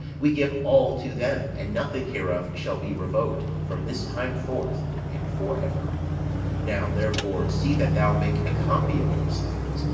we give all to them, and nothing hereof shall be revoked from this time forth and for ever now, therefore, see that thou make a copy of these things,